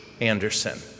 Anderson